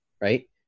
Right